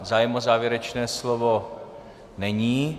Zájem o závěrečné slovo není.